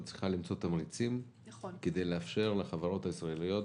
את צריכה למצוא תמריצים כדי לאפשר לחברות הישראליות